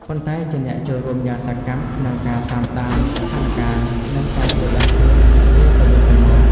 ប៉ុន្តែជាអ្នកចូលរួមយ៉ាងសកម្មក្នុងការតាមដានស្ថានការណ៍ និងការជួយដាស់តឿនគ្នាទៅវិញទៅមក។